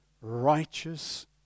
righteous